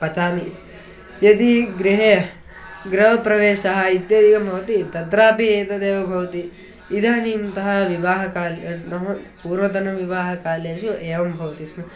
पचामि यदि गृहे गृहप्रवेशः इत्यदिकं भवति तत्रापि एतदेव भवति इदानीन्तः विवाहकालः नाम पूर्वतनं विवाहकालेषु एवं भवति स्म